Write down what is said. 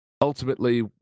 ultimately